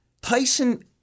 Tyson